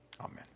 Amen